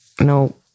No